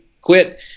quit